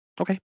Okay